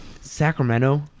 Sacramento